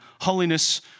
holiness